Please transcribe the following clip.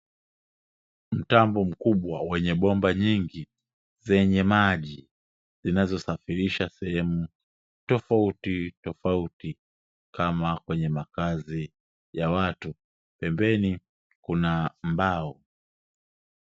Mtambo mkubwa wenye bomba jingi zenye maji zinazosafirisha sehemu tofautitofauti kama kwenye makazi ya watu pembeni kuna mbao.